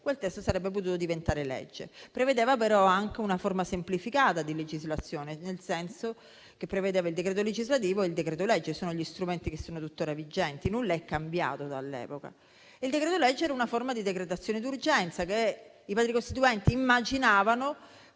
quel testo sarebbe potuto diventare legge. Essa prevedeva però anche una forma semplificata di legislazione, nel senso che prevedeva il decreto legislativo e il decreto-legge, che sono strumenti tuttora vigenti. Nulla è cambiato dall'epoca. Il decreto-legge era una forma di decretazione d'urgenza che i Padri costituenti immaginavano